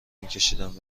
میکشیدم